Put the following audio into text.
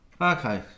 Okay